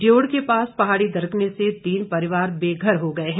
डयोड़ के पास पहाड़ी दरकने से तीन परिवार बेघर हो गए हैं